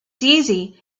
easy